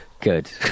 good